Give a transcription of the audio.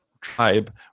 tribe